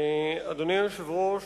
אדוני היושב-ראש,